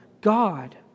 God